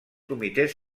comitès